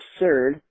absurd